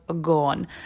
gone